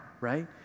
right